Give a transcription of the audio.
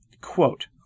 Quote